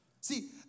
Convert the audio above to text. See